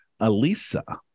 alisa